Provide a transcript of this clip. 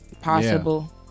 possible